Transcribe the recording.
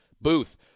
booth